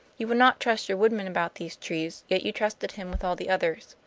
you would not trust your woodman about these trees, yet you trusted him with all the others.